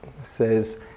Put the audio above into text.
says